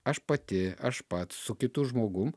aš pati aš pats su kitu žmogum